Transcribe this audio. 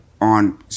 on